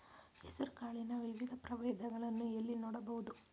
ಹೆಸರು ಕಾಳಿನ ವಿವಿಧ ಪ್ರಭೇದಗಳನ್ನು ಎಲ್ಲಿ ನೋಡಬಹುದು?